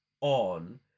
on